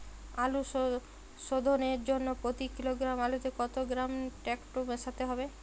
আলু শোধনের জন্য প্রতি কিলোগ্রাম আলুতে কত গ্রাম টেকটো মেশাতে হবে?